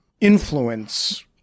influence